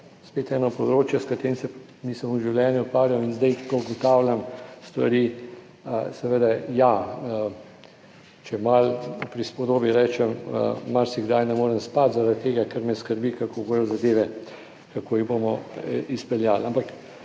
Spet eno področje, s katerim se nisem v življenju ukvarjal in zdaj, ko ugotavljam stvari, seveda, ja, če malo v prispodobi rečem, marsikdaj ne morem spati zaradi tega, ker me skrbi kako bodo zadeve, kako jih bomo izpeljali,